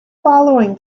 following